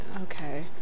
okay